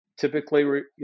typically